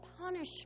punishment